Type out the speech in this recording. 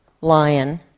lion